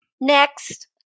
Next